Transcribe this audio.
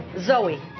Zoe